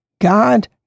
God